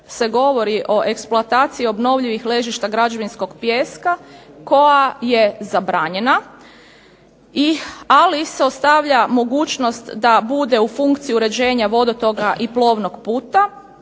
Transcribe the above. se govori o eksploataciji obnovljivih ležišta građevinskog pijeska koja je zabranjena, ali se ostavlja mogućnost da bude u funkciji uređenja vodotoka i plovnog puta